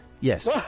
Yes